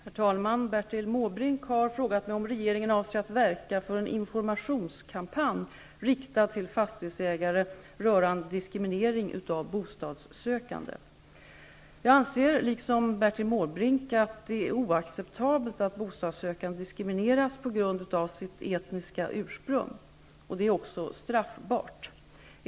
Herr talman! Bertil Måbrink har frågat mig om regeringen avser att verka för en informationskampanj riktad till fastighetsägare rörande diskriminering av bostadssökande. Jag anser liksom Bertil Måbrink att det är oacceptabelt att bostadssökande diskrimineras på grund av sitt etniska ursprung. Det är också straffbart.